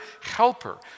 helper